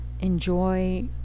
enjoy